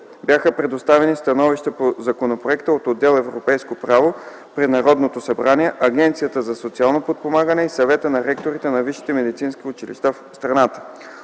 бяха представени становища по законопроекта от отдел „Европейско право” при Народното събрание, Агенцията за социално подпомагане и Съвета на ректорите на висшите медицински училища в страната.